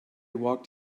walked